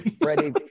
Freddie